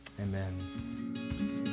Amen